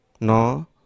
no